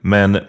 Men